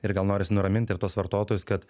ir gal noris nuramint ir tuos vartotojus kad